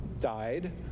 died